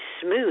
smooth